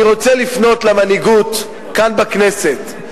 אני רוצה לפנות למנהיגות כאן בכנסת,